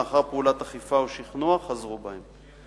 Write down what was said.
ולאחר פעולת אכיפה ושכנוע חזרו בהם.